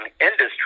Industry